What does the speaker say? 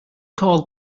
call